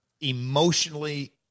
emotionally